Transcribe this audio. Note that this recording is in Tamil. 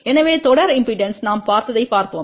எனவே தொடர் இம்பெடன்ஸ் நாம் பார்த்ததைப் பார்ப்போம்